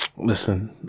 Listen